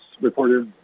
reporter